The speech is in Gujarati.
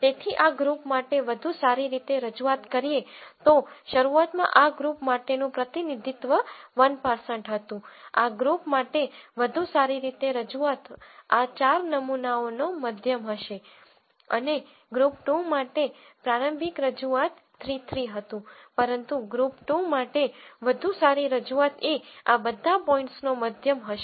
તેથી આ ગ્રુપ માટે વધુ સારી રજૂઆત કરીએ તો શરૂઆતમાં આ ગ્રુપ માટેનું પ્રતિનિધિત્વ 1 હતું આ ગ્રુપ માટે વધુ સારી રજૂઆત આ 4 નમૂનાઓનો મધ્યમ હશે અને ગ્રુપ 2 માટે પ્રારંભિક રજૂઆત 3 3 હતું પરંતુ ગ્રુપ 2 માટે વધુ સારી રજૂઆત એ આ બધા પોઇંટ્સનો મધ્યમ હશે